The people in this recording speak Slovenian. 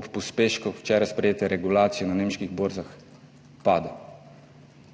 ob pospešku včeraj sprejete regulacije na nemških borzah pada.